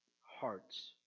hearts